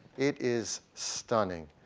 it is stunning.